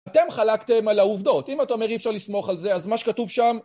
אתם חלקתם על העובדות אם אתה אומר אי אפשר לסמוך על זה אז מה שכתוב שם